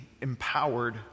empowered